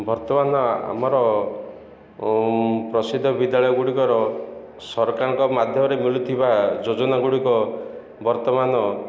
ବର୍ତ୍ତମାନ ଆମର ପ୍ରସିଦ୍ଧ ବିଦ୍ୟାଳୟ ଗୁଡ଼ିକର ସରକାରଙ୍କ ମାଧ୍ୟମରେ ମିଳୁଥିବା ଯୋଜନା ଗୁଡ଼ିକ ବର୍ତ୍ତମାନ